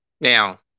now